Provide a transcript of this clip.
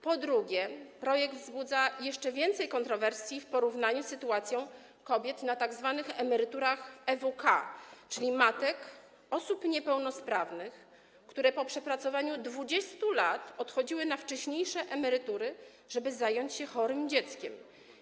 Po drugie, projekt wzbudza jeszcze więcej kontrowersji w odniesieniu do sytuacji kobiet na tzw. emeryturach EWK, czyli matek osób niepełnosprawnych, które po przepracowaniu 20 lat odchodziły na wcześniejsze emerytury, żeby zająć się chorymi dziećmi.